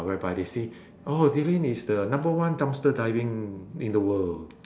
uh whereby they say oh dylan is the number one dumpster diving in the world